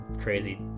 crazy